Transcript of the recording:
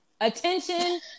attention